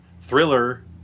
thriller